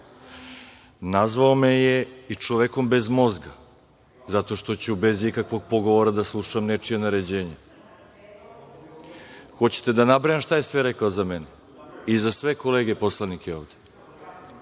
Nazvao me je i čovekom bez mozga, zato što ću bez ikakvog pogovora da slušam nečija naređenja. Hoćete li da nabrajam šta je sve rekao za mene i za sve kolege poslanike ovde?